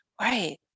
right